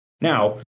Now